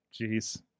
Jeez